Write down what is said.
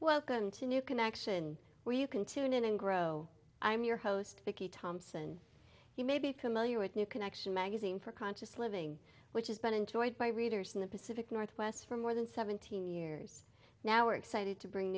new connection where you can tune in and grow i'm your host vicky thompson you may be familiar with new connection magazine for conscious living which has been enjoyed by readers in the pacific northwest for more than seventeen years now we're excited to bring